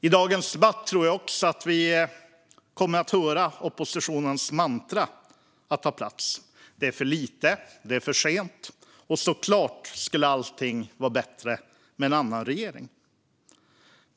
I dagens debatt tror jag också att oppositionens mantra kommer att ta plats: Det är för lite, det är för sent och såklart skulle allting vara bättre med en annan regering.